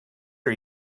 are